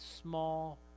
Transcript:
small